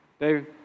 David